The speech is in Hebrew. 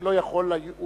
לא יכול הוא